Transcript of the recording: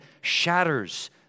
shatters